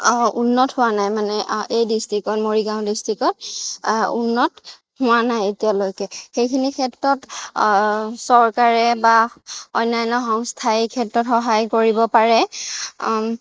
উন্নত হোৱা নাই মানে এই ডিষ্ট্ৰিকত মৰিগাঁও ডিষ্ট্ৰিকত উন্নত হোৱা নাই এতিয়ালৈকে সেইখিনি ক্ষেত্ৰত চৰকাৰে বা অন্যান্য সংস্থাই এইক্ষেত্ৰত সহায় কৰিব পাৰে